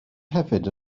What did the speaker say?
hefyd